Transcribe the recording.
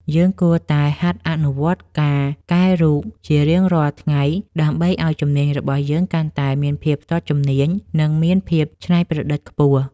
យើងគួរតែហាត់អនុវត្តការកែរូបជារៀងរាល់ថ្ងៃដើម្បីឱ្យជំនាញរបស់យើងកាន់តែមានភាពស្ទាត់ជំនាញ និងមានភាពច្នៃប្រឌិតខ្ពស់។